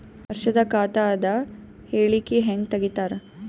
ವರ್ಷದ ಖಾತ ಅದ ಹೇಳಿಕಿ ಹೆಂಗ ತೆಗಿತಾರ?